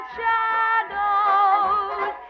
shadows